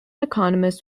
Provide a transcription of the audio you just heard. economist